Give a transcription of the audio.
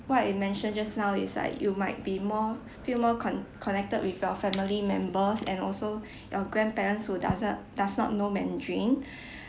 what I mention just now is like you might be more feel more con~ connected with your family members and also your grandparents who doesn't does not know mandarin